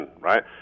right